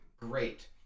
Great